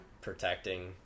Protecting